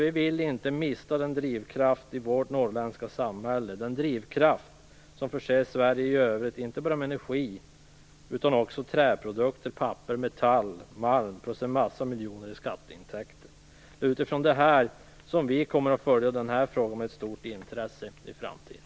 Vi vill inte mista den drivkraft i vårt norrländska samhälle som förser Sverige i övrigt, inte bara med energi utan också med träprodukter, papper, metall, malm och dessutom flera miljoner i skatteintäkter. Det är utifrån detta som vi kommer att följa den här frågan med stort intresse i framtiden.